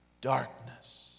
darkness